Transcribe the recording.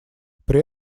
при